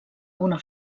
una